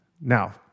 Now